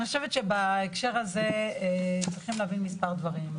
אני חושבת שבהקשר הזה צריכים להבין מספר דברים: